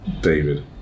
David